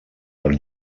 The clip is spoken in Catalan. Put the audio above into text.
per